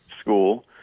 school